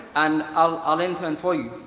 and i'll intern for you.